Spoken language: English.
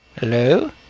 Hello